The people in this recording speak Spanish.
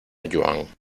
yuan